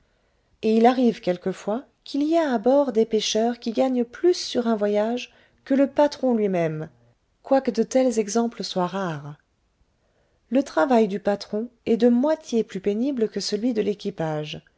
et il arrive quelquefois qu'il y a à bord des pêcheurs qui gagnent plus sur un voyage que le patron lui-même quoique de tels exemples soient rares le travail du patron est de moitié plus pénible que celui de l'équipage